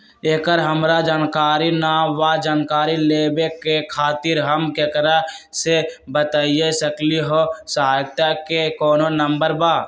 एकर हमरा जानकारी न बा जानकारी लेवे के खातिर हम केकरा से बातिया सकली ह सहायता के कोनो नंबर बा?